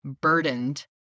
burdened